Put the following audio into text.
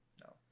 No